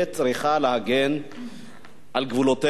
צריכה להגן על גבולותיה,